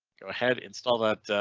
go ahead install that.